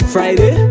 Friday